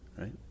Right